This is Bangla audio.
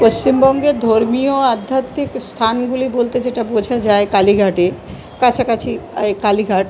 পশ্চিমবঙ্গের ধর্মীয় আধ্যাত্মিক স্থানগুলি বলতে যেটা বোঝা যায় কালীঘাটে কাছাকাছি আয় কালীঘাট